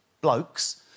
blokes